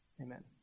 Amen